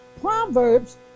Proverbs